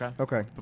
Okay